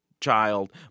child